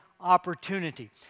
opportunity